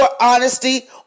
honesty